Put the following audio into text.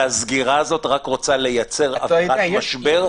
והסגירה הזאת רק רוצה לייצר אווירת משבר,